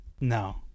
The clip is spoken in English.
No